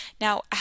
Now